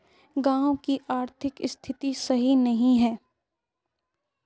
गाँव की आर्थिक स्थिति सही नहीं है?